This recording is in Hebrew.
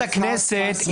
לכנסת.